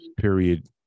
Period